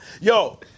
Yo